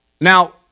Now